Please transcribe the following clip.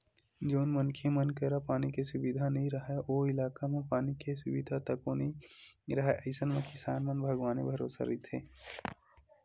जउन मनखे मन करा पानी के सुबिधा नइ राहय ओ इलाका म पानी के सुबिधा तको नइ राहय अइसन म किसान मन भगवाने भरोसा रहिथे